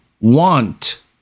want